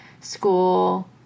school